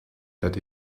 that